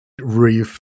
reef